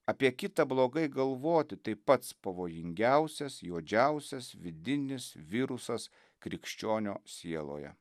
apie kitą blogai galvoti tai pats pavojingiausias juodžiausias vidinis virusas krikščionio sieloje